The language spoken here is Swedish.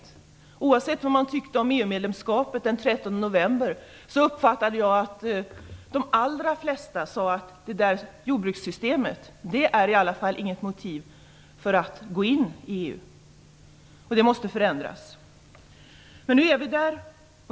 Jag uppfattade att de allra flesta, oavsett vad man tyckte om EU-medlemskapet den 13 november, sade att jordbrukssystemet inte är något motiv för att gå in i EU. Det måste förändras.